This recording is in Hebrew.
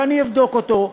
שאני אבדוק אותו,